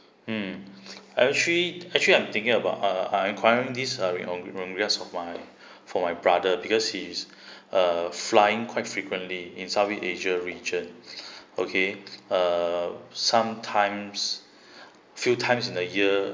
mm actually actually I'm thinking about uh I'm inquiring this uh mm because of my for my brother because he's uh flying quite frequently in south east asia region okay uh some times few times in a year